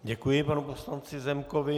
Děkuji panu poslanci Zemkovi.